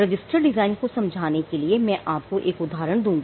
register design को समझाने के लिए मैं आपको एक उदाहरण दूंगा